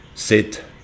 sit